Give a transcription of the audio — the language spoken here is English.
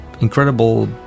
incredible